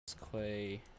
Clay